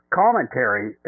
commentary